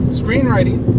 screenwriting